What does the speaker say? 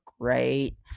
great